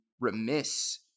remiss